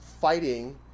fighting